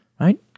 right